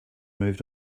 moved